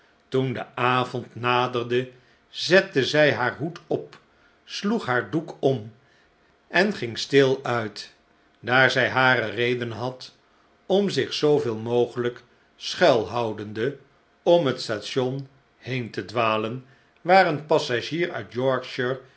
toen de avond naderde zette zij haar hoed op sloeg haar doek om en ging stil uit daar zij hare redenen had om zich zooveel mogelijk schuilhoudende om het station heen te dwalen waar een passagier uit